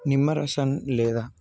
నిమ్మరసాన్ని లేదా